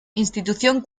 institución